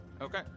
Okay